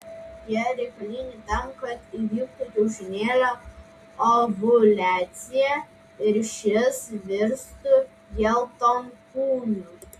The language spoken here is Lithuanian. jie reikalingi tam kad įvyktų kiaušinėlio ovuliacija ir šis virstų geltonkūniu